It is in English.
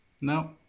No